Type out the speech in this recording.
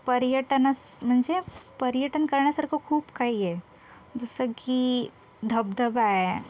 पर्यटनास म्हणजे पर्यटन करण्यासारखं खूप काही आहे जसं की धबधबा आहे